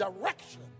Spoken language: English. direction